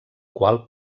qual